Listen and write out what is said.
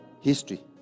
history